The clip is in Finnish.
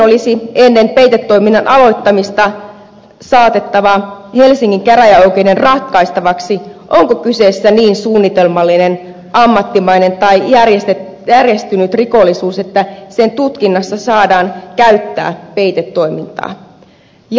poliisin olisi ennen peitetoiminnan aloittamista saatettava helsingin käräjäoikeuden ratkaistavaksi onko kyseessä niin suunnitelmallinen ammattimainen tai järjestäytynyt rikollisuus että sen tutkinnassa saadaan käyttää peitetoimintaa